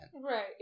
Right